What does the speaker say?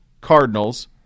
Cardinals